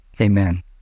Amen